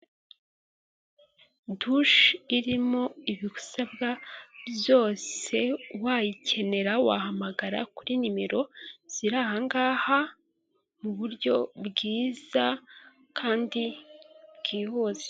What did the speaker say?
Dushe irimo ibisabwa byose wayikenera wahamagara kuri nimero zirahangaha muburyo bwiza kandi bwihuse.